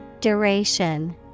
Duration